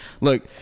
Look